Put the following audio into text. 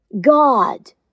God